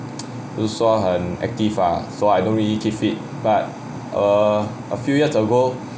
不是说很 active ah so I don't really keep fit but err a few years ago